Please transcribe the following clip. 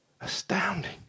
astounding